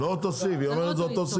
זה לא אותו סעיף היא אומרת זה אותו סעיף.